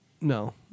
no